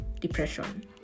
depression